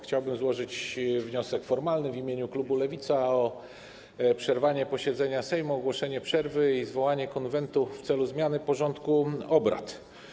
Chciałbym złożyć wniosek formalny w imieniu klubu Lewica o przerwanie posiedzenia Sejmu, ogłoszenie przerwy i zwołanie Konwentu w celu zmiany porządku obrad.